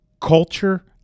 culture